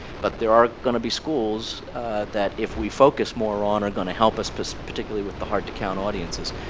but there are going to be schools that if we focus more on are going to help us but us particularly with the hard-to-count audiences.